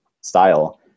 style